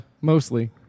mostly